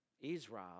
Israel